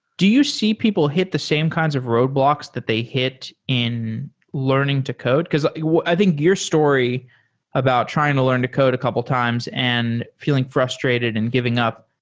do you see people hit the same kinds of roadblocks that they hit in learning to code? i think your story about trying to learn to code a couple of times and feeling frustrated and giving up,